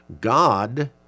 God